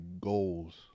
goals